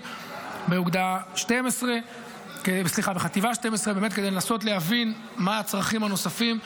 בחטיבה 12 כדי באמת לנסות להבין מה הצרכים הנוספים,